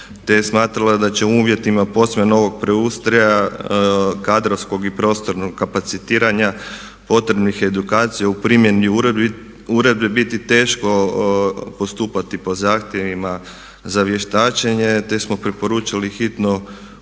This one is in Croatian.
je smatrala da će u uvjetima posve novog preustroja, kadrovskog i prostornog kapacitiranja, potrebnih edukacija u primjeni uredbi biti teško postupati po zahtjevima za vještačenje, te smo preporučili hitno